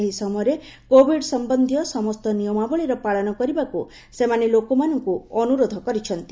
ଏହି ସମୟରେ କୋଭିଡ୍ ସମ୍ବନ୍ଧୀୟ ସମସ୍ତ ନିୟମାବଳୀର ପାଳନ କରିବାକୁ ସେମାନେ ଲୋକମାନଙ୍କୁ ଅନୁରୋଧ କରିଛନ୍ତି